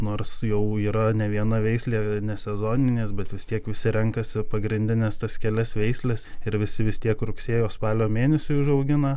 nors jau yra ne viena veislė nesezoninės bet vis tiek visi renkasi pagrindines tas kelias veisles ir visi vis tiek rugsėjo spalio mėnesiui užaugina